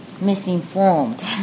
misinformed